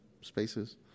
spaces